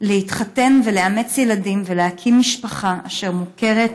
להתחתן ולאמץ ילדים ולהקים משפחה אשר מוכרת